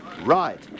Right